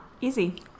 easy